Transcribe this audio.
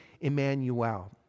Emmanuel